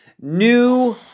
new